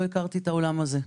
לא הכרתי את העולם הזה.